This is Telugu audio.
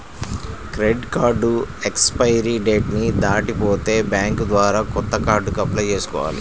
క్రెడిట్ కార్డు ఎక్స్పైరీ డేట్ ని దాటిపోతే బ్యేంకు ద్వారా కొత్త కార్డుకి అప్లై చేసుకోవాలి